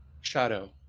shadow